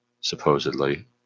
supposedly